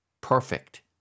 perfect